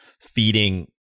feeding